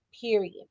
period